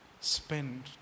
spend